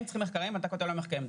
הם צריכים מחקרים, אתה כותב להם מחקרים.